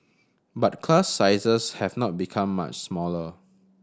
but class sizes have not become much smaller